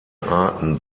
arten